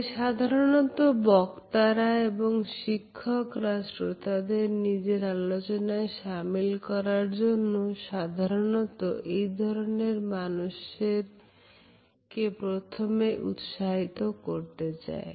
তাই সাধারণত বক্তারা এবং শিক্ষকরা শ্রোতাদের নিজের আলোচনায় শামিল করার জন্য সাধারণত এই ধরনের মানুষদের কে প্রথমে উৎসাহিত করতে চায়